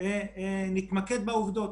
נתמקד בעובדות.